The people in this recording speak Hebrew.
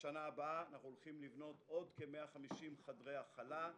בשנה הבאה אנחנו הולכים לבנות עוד כ-150 חדרי הכלה,